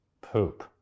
poop